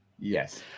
Yes